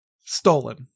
Stolen